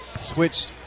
switch